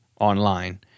online